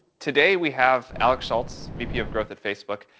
today, we have alex schultz, vp of growth at facebook,